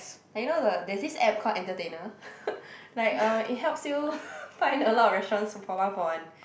like you know the theres this app called entertainer like uh it helps you find a lot of restaurants for one for one